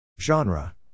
Genre